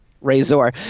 Razor